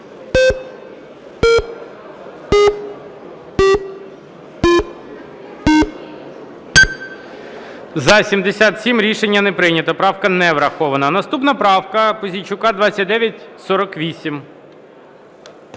За-77 Рішення не прийнято, правка не врахована. Наступна правка Пузійчука – 2948.